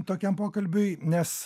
tokiam pokalbiui nes